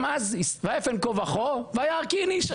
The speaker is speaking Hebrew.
וגם אז "ויפן כה וכה וירא כי אין איש".